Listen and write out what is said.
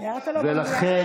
ולכן,